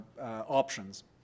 options